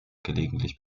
gelegentlich